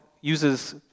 uses